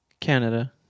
Canada